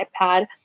ipad